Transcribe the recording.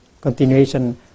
Continuation